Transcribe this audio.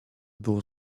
było